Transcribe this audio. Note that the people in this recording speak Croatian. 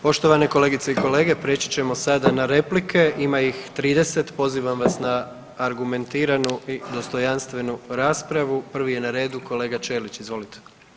Poštovane kolegice i kolege, prijeći ćemo sada na replike, ima ih 30, pozivam vas na argumentiranu i dostojanstvenu raspravu, prvi je na redu kolega Ćelić, izvolite.